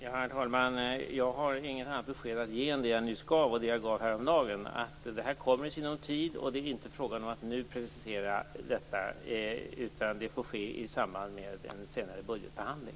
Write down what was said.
Herr talman! Jag har inte något annat besked att ge än det jag nyss gav och det jag gav häromdagen. Det här kommer inom sinom tid, och det är inte fråga om att nu precisera detta. Det får ske i samband med en senare budgetbehandling.